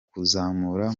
kuzamura